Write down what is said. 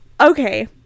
Okay